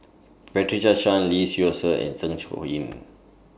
Patricia Chan Lee Seow Ser and Zeng Shouyin